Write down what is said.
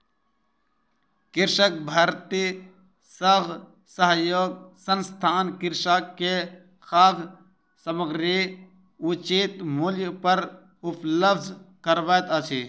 कृषक भारती खाद्य सहयोग संस्थान कृषक के खाद्य सामग्री उचित मूल्य पर उपलब्ध करबैत अछि